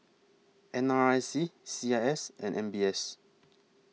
N R I C C I S and M B S